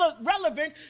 relevant